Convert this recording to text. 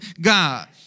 God